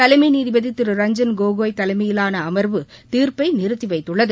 தலைமை நீதிபதி திரு ரஞ்சன் கோகோய் தலைமையிலான அமர்வு தீர்ப்பை நிறுத்திவைத்துள்ளது